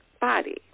body